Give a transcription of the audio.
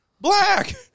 Black